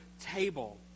table